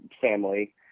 family